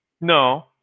No